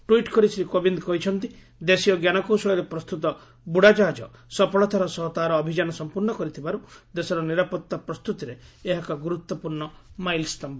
tweet କରି ଶ୍ରୀ କୋବିନ୍ଦ୍ କହିଛନ୍ତି ଦେଶୀୟ ଜ୍ଞାନକୌଶଳରେ ପ୍ରସ୍ତୁତ ବୁଡ଼ାକାହାକ ସଫଳତାର ସହ ତାହାର ଅଭିଯାନ ସମ୍ପର୍ଶ୍ଣ କରିଥିବାରୁ ଦେଶର ନିରାପତ୍ତା ପ୍ରସ୍ତୁତିରେ ଏହା ଏକ ଗୁରୁତ୍ୱପୂର୍ଣ୍ଣ ମାଇଲ୍ସ୍ତମ୍ଭ